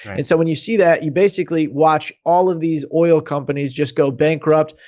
and so when you see that, you basically watch all of these oil companies just go bankrupt.